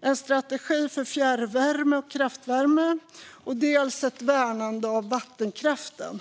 dels om en strategi för fjärrvärme och kraftvärme, dels om ett värnande om vattenkraften.